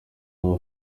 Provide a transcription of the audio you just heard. aba